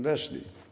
Weszli.